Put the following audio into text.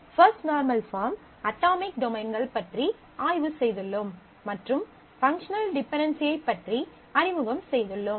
first normal form atomic டொமைன்கள் பற்றி ஆய்வு செய்துள்ளோம் மற்றும் பங்க்ஷனல் டிபென்டென்சி ஐப் பற்றி அறிமுகம் செய்துள்ளோம்